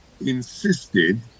insisted